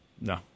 No